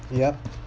yup